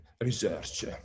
research